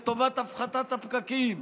לטובת הפחתת הפקקים,